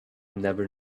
never